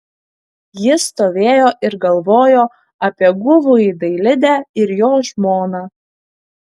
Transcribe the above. ji stovėjo ir galvojo apie guvųjį dailidę ir jo žmoną